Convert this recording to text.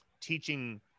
teaching